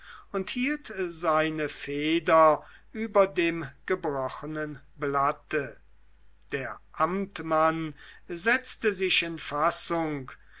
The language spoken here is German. und hielt seine feder über dem gebrochenen blatte der amtmann setzte sich in fassung